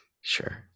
Sure